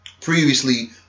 previously